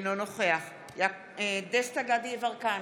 אינו נוכח דסטה גדי יברקן,